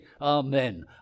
Amen